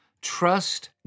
trust